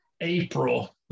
April